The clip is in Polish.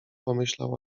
pomyślał